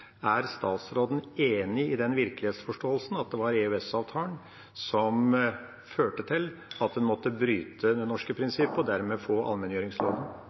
Er statsråden enig i den virkelighetsforståelsen – at det var EØS-avtalen som førte til at en måtte bryte det norske prinsippet og dermed få